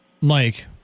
Mike